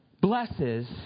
blesses